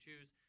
choose